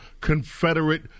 Confederate